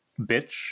bitch